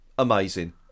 Amazing